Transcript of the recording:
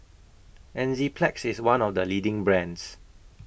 Enzyplex IS one of The leading brands